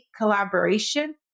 collaboration